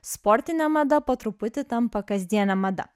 sportinė mada po truputį tampa kasdienė mada